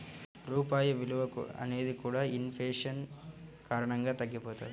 రూపాయి విలువ అనేది కూడా ఇన్ ఫేషన్ కారణంగా తగ్గిపోతది